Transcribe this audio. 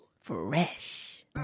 Fresh